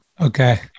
Okay